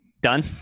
done